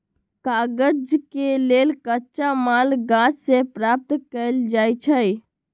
कागज के लेल कच्चा माल गाछ से प्राप्त कएल जाइ छइ